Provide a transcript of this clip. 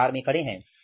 लोग कतार में खड़े हैं